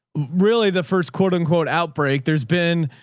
really the first quote unquote outbreak there's been.